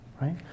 right